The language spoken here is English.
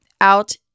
out